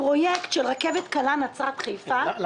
הפרויקט של רכבת קלה נצרת-חיפה --- שר התחבורה והבטיחות